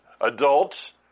adults